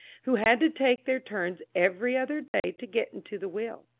who had to take their turns every other day to get into the wheel.